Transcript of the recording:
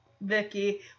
Vicky